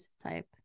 type